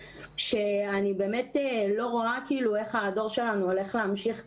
שאני באמת לא רואה איך הדור שלנו הולך להמשיך קדימה.